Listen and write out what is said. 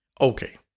Okay